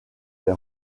des